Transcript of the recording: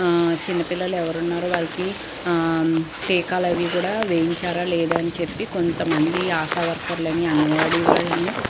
చిన్నపిల్లలు ఎవరున్నారు వారికి టీకాలవి కూడా వేయించారు లేదా అని చెప్పి కొంతమంది ఆశా వర్కర్లని అంగన్వాడీ వాళ్ళని